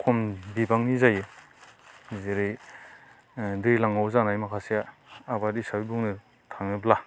खम बिबांनि जायो जेरै ओ दैज्लांआव जानाय माखासे आबाद हिसाबै बुंनो थाङोब्ला